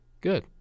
Good